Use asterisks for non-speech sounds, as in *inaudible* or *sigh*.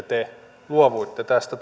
*unintelligible* te luovuitte tästä *unintelligible*